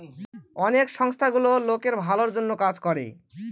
অনেক সংস্থা গুলো লোকের ভালোর জন্য কাজ করে